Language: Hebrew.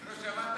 לא שמעת מה אמרתי.